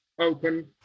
open